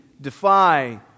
defy